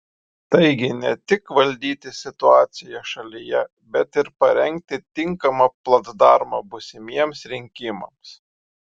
taigi ne tik valdyti situaciją šalyje bet ir parengti tinkamą placdarmą būsimiems rinkimams